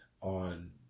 on